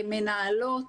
מנהלות,